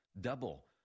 double